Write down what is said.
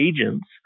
agents